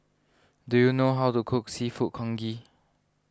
do you know how to cook Seafood Congee